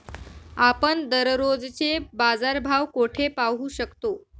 आपण दररोजचे बाजारभाव कोठे पाहू शकतो?